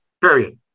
Period